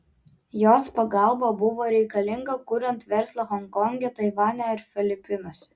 jos pagalba buvo reikalinga kuriant verslą honkonge taivane ir filipinuose